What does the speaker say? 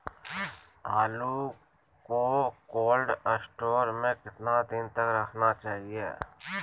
आलू को cold store में कितना दिन तक रखना चाहिए?